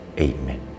Amen